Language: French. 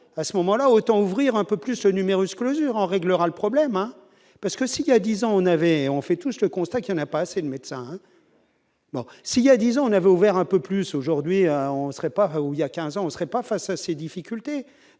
à ce moment-là, autant ouvrir un peu plus ce numerus clausus en réglera le problème, hein, parce que s'il y a 10 ans, on avait, on fait tous le constat qui n'a pas assez de médecins. Bon, s'il y a 10 ans, on avait ouvert un peu plus, aujourd'hui, on ne serait pas où il y a 15 ans, on serait pas face à ces difficultés,